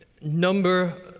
number